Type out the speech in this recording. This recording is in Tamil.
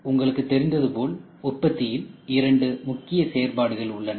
உங்களுக்கு தெரிந்தது போல் உற்பத்தியில் இரண்டு முக்கிய செயற்பாடுகள் உள்ளன